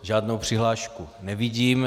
Žádnou přihlášku nevidím.